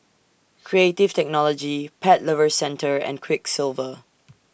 Creative Technology Pet Lovers Centre and Quiksilver